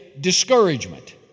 discouragement